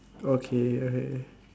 okay okay